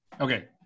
Okay